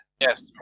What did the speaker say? Yes